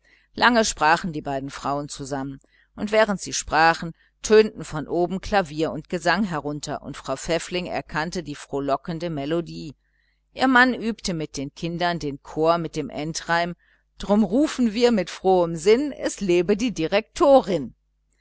lange sprachen die beiden frauen zusammen und während sie sprachen tönte von oben klavier und gesang herunter und frau pfäffling erkannte die frohlockende melodie ihr mann übte mit den kindern den chor mit dem endreim drum rufen wir mit frohem sinn es lebe die direktorin